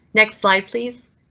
next slide, please.